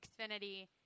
Xfinity